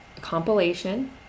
compilation